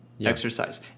exercise